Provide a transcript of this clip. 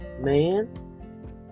Man